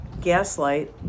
gaslight